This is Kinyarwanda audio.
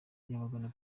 yamagana